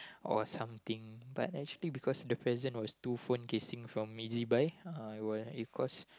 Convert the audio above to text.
or something but actually because the present was two phone casing from ezbuy uh it cost